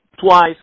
twice